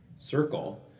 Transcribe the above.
circle